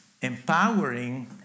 empowering